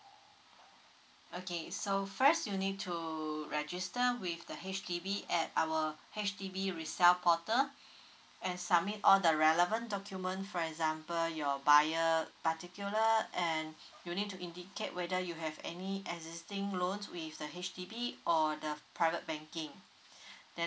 okay so first you need to register with the H_D_B at our H_D_B resell portal and submit all the relevant document for example your buyer particular and you need to indicate whether you have any existing loans with the H_D_B or the private banking then